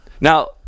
Now